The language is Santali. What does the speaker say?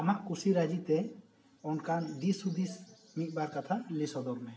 ᱟᱢᱟᱜ ᱠᱩᱥᱤ ᱨᱟᱹᱡᱤ ᱛᱮ ᱚᱱᱠᱟᱱ ᱫᱤᱥ ᱦᱩᱫᱤᱥ ᱢᱤᱫ ᱵᱟᱨ ᱠᱟᱛᱷᱟ ᱞᱟᱹᱭ ᱥᱚᱫᱚᱨ ᱢᱮ